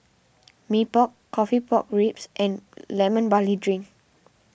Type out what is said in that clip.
Mee Pok Coffee Pork Ribs and Lemon Barley Drink